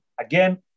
Again